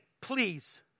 please